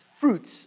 fruits